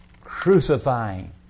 Crucifying